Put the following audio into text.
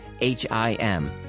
H-I-M